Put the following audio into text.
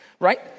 Right